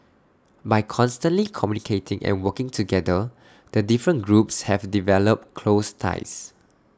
by constantly communicating and working together the different groups have developed close ties